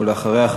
ואחריה,